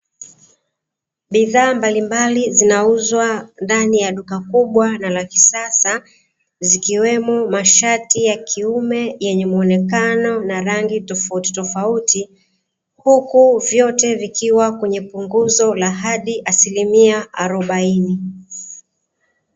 Bidhaa mbalimbali zinauzwa ndani ya duka kubwa na la kisasa, zikiwemo mashati ya kiume yenye mwonekano na rangi tofautitofauti, huku vyote vikiwa kwenye punguzo la hadi asilimia arobaini.